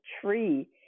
tree